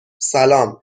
سلام